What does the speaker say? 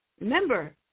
Remember